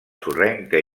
sorrenca